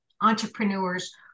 Entrepreneurs